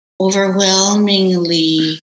overwhelmingly